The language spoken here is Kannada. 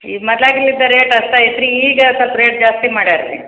ಈ ಮೊದ್ಲು ಇಲ್ಲಿದು ರೇಟ್ ಅಷ್ಟೇ ಇತ್ ರೀ ಈಗ ಸ್ವಲ್ಪ್ ರೇಟ್ ಜಾಸ್ತಿ ಮಾಡ್ಯಾರೆ ರೀ